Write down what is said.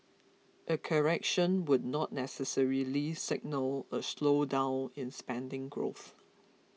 a correction would not necessarily signal a slowdown in spending growth